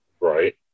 right